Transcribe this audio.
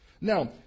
Now